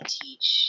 teach